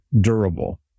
durable